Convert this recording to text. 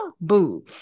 boo